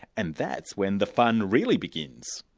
and that's when the fun really begins.